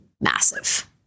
massive